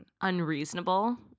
unreasonable